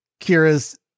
kira's